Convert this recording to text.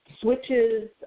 switches